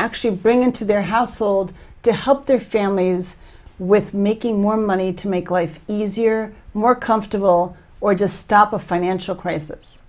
actually bring into their household to help their families with making more money to make life easier more comfortable or just stop a financial crisis